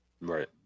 Right